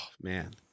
man